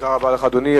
תודה רבה לך, אדוני.